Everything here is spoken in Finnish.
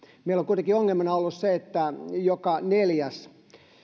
meillä on kuitenkin ongelmana ollut se että joka neljäs